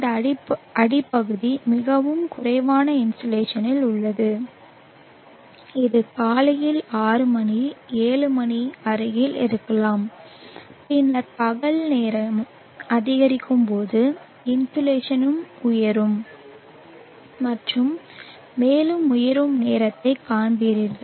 இந்த அடிப்பகுதி மிகவும் குறைவான இன்சோலேஷனில் உள்ளது இது காலையில் 6 மணி 7 மணி அருகில் இருக்கலாம் பின்னர் பகலில் நேரம் அதிகரிக்கும்போது இன்சோலேஷன் உயரும் மற்றும் மேலும் உயரும் நேரத்தைக் காண்பீர்கள்